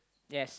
yes